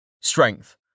Strength